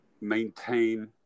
maintain